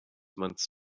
months